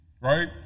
right